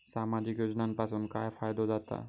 सामाजिक योजनांपासून काय फायदो जाता?